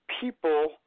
people